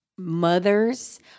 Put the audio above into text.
mothers